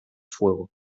fuego